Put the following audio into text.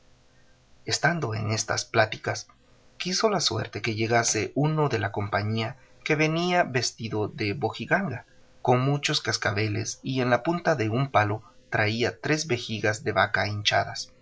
estando en estas pláticas quiso la suerte que llegase uno de la compañía que venía vestido de bojiganga con muchos cascabeles y en la punta de un palo traía tres vejigas de vaca hinchadas